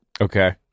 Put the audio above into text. Okay